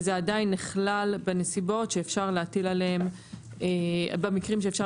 וזה עדיין נכלל בנסיבות ובמקרים שבהם אפשר